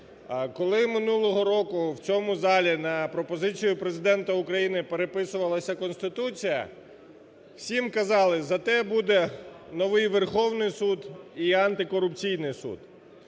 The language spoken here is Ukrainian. Коли в минулому році в цьому залі на пропозицію Президента України переписувалася Конституція, всім казали: зате буде новий Верховний Суд і Антикорупційний суд.